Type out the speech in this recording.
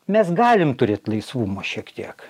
mes galim turėt laisvumo šiek tiek